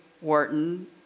Wharton